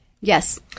Yes